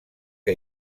que